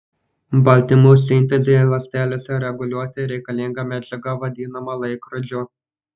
baltymų sintezei ląstelėse reguliuoti reikalinga medžiaga vadinama laikrodžiu